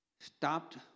stopped